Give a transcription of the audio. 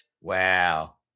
Wow